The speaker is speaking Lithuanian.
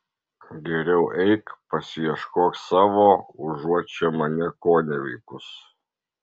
geriau eik pasiieškok savo užuot čia mane koneveikus